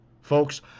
Folks